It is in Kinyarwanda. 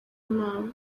inama